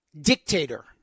dictator